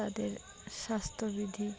তাদের স্বাস্থ্যবিধি